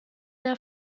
der